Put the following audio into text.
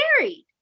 married